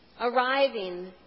arriving